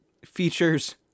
features